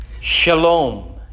Shalom